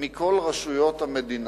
מכל רשויות המדינה.